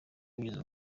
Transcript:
binyuze